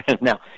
now